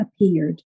appeared